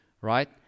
right